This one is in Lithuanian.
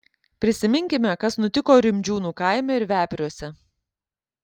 prisiminkime kas nutiko rimdžiūnų kaime ir vepriuose